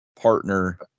Partner